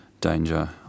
danger